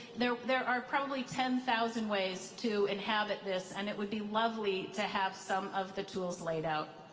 there there are probably ten thousand ways to inhabit this and it would be lovely to have some of the tools laid out,